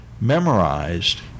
memorized